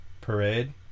parade